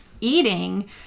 eating